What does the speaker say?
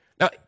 Now